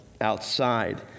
outside